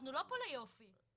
אנחנו לא ליופי פה.